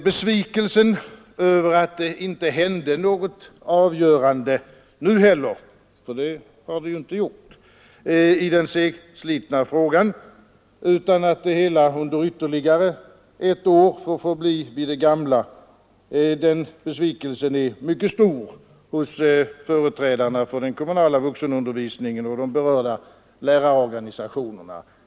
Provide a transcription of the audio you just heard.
Besvikelsen över att det inte hänt något avgörande nu heller — det har det ju inte gjort — i den segslitna frågan, utan att allt under ytterligare ett år får förbli vid det gamla, är mycket stor hos företrädarna för den kommunala vuxenundervisningen och de berörda lärarorganisationerna.